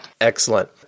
Excellent